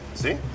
See